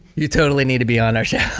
you totally need to be on our show.